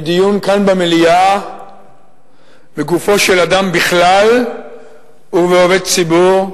מדיון כאן במליאה בגופו של אדם בכלל ובעובד ציבור,